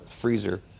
freezer